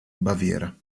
baviera